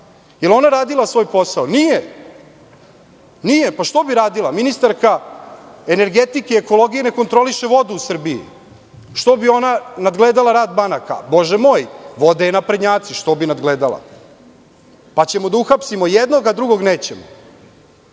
Jel ona radila svoj posao? Nije. Nije, pa što bi radila? Ministarka energetike, ekologije ne kontroliše vodu u Srbiji. Što bi ona nadgledala rad banaka? Bože moj, vode je naprednjaci, što bi nadgledala? Pa ćemo da uhapsimo jednog, a drugog nećemo.